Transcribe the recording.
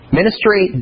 ministry